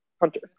hunter